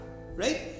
right